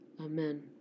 Amen